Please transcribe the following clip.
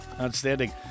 outstanding